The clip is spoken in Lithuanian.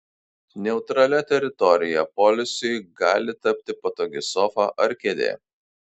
neutralia teritorija poilsiui gali tapti patogi sofa ar kėdė